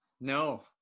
No